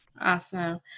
Awesome